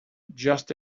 just